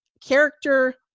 character